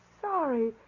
sorry